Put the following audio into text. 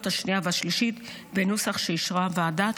השנייה והשלישית בנוסח שאישרה הוועדה.